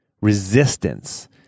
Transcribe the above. resistance